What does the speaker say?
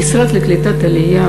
המשרד לקליטת העלייה,